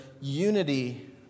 unity